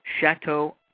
Chateau